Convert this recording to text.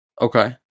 Okay